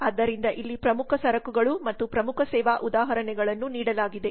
ಆದ್ದರಿಂದ ಇಲ್ಲಿ ಪ್ರಮುಖ ಸರಕುಗಳು ಮತ್ತು ಪ್ರಮುಖ ಸೇವಾ ಉದಾಹರಣೆಗಳನ್ನು ನೀಡಲಾಗಿದೆ